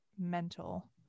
mental